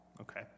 Okay